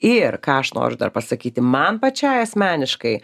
ir ką aš noriu pasakyti man pačiai asmeniškai